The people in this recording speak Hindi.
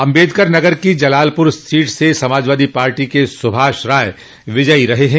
अम्बेडकर नगर की जलालपुर सीट से सपा के सुभाष राय विजयी रहे हैं